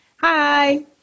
Hi